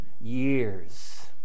years